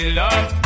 love